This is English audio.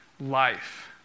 life